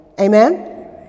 Amen